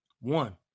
One